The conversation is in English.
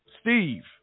Steve